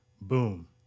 Boom